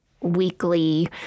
weekly